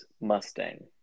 Mustang